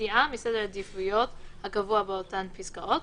סטייה מסדר העדיפויות הקבוע באותן פסקאות,